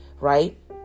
Right